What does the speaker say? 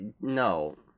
no